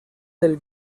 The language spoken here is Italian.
del